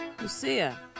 Lucia